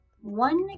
One